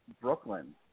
Brooklyn